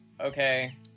Okay